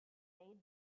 made